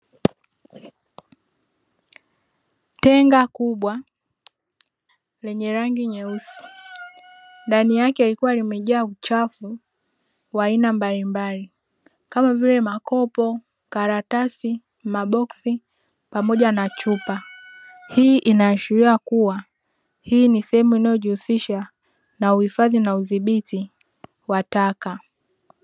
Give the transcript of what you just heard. Tenga kubwa lenye rangi nyeusi, ndani yake likiwa limejaa uchafu wa aina mbalimbali, kama vile: makopo, karatasi, maboksi pamoja na chupa. Hii inaashiria kuwa hii ni sehemu inayojihusisha na uhifadhi na udhibiti wa taka.